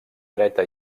dreta